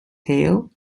tail